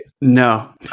No